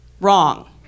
Wrong